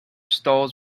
stalls